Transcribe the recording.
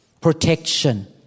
protection